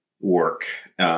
work